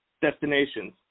destinations